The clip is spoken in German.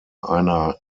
einer